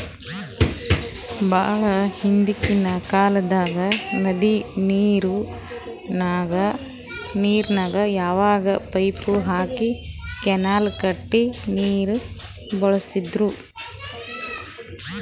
ಭಾಳ್ ಹಿಂದ್ಕಿನ್ ಕಾಲ್ದಾಗ್ ನದಿ ನೀರಿಗ್ ನಾವ್ ಪೈಪ್ ಹಾಕಿ ಕೆನಾಲ್ ಕಟ್ಟಿ ನೀರ್ ಬಳಸ್ತಿದ್ರು